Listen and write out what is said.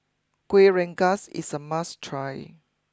Kuih Rengas is a must try